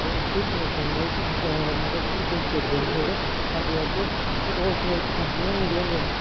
ते उसी trade channel च मतलब उसी बेची उड़दे न फेर अग्गें अग्गें होलसेल च फैक्टरियां बी होन्दियां न